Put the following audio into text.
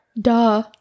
duh